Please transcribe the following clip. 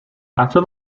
after